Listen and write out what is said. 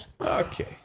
Okay